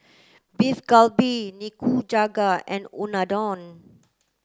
Beef Galbi Nikujaga and Unadon